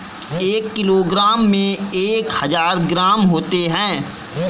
एक किलोग्राम में एक हजार ग्राम होते हैं